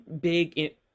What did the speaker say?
big